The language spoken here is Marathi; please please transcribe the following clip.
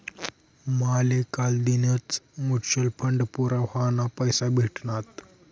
माले कालदीनच म्यूचल फंड पूरा व्हवाना पैसा भेटनात